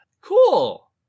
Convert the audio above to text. Cool